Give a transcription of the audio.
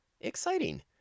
Exciting